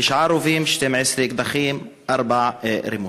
תשעה רובים, 12 אקדחים וארבעה רימונים.